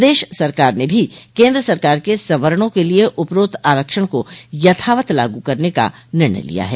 प्रदश सरकार ने भी केन्द्र सरकार के सवर्णो के लिये उपरोक्त आरक्षण को यथावत लागू करने का निर्णय लिया है